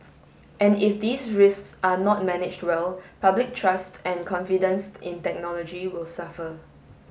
and if these risks are not managed well public trust and confidence in technology will suffer